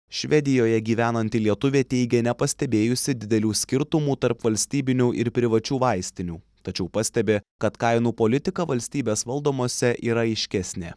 švedijoje gyvenanti lietuvė teigė nepastebėjusi didelių skirtumų tarp valstybinių ir privačių vaistinių tačiau pastebi kad kainų politika valstybės valdomose yra aiškesnė